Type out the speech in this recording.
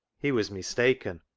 he was mistaken.